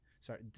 sorry